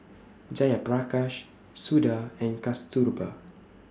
Jayaprakash Suda and Kasturba